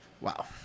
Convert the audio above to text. Wow